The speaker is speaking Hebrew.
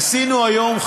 עשינו היום,